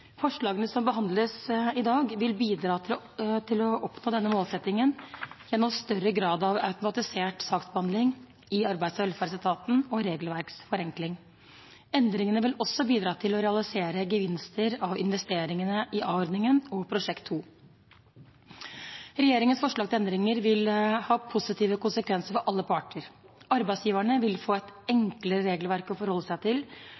Forslagene som behandles i dag, vil bidra til å oppnå denne målsettingen gjennom større grad av automatisert saksbehandling i arbeids- og velferdsetaten og regelverksforenkling. Endringene vil også bidra til å realisere gevinster av investeringene i a-ordningen og prosjekt 2. Regjeringens forslag til endringer vil ha positive konsekvenser for alle parter. Arbeidsgiverne vil få et enklere regelverk å forholde seg til,